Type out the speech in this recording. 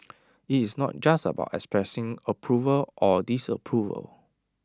IT is not just about expressing approval or disapproval